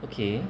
okay